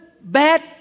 bad